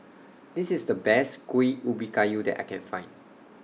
This IS The Best Kuih Ubi Kayu that I Can Find